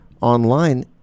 online